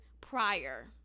prior